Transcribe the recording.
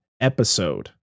episode